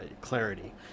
clarity